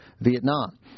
Vietnam